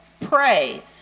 pray